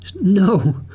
no